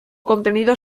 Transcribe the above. contenido